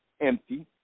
empty